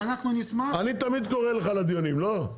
אני תמיד קורא לך לדיונים, לא?